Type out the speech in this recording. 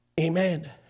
Amen